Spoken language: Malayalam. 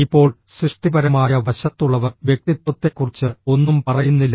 ഇപ്പോൾ സൃഷ്ടിപരമായ വശത്തുള്ളവർ വ്യക്തിത്വത്തെക്കുറിച്ച് ഒന്നും പറയുന്നില്ല